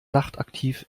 nachtaktiv